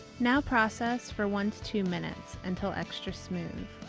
now process for one to two minutes. until extra smooth.